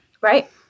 Right